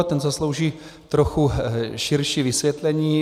Ten zaslouží trochu širší vysvětlení.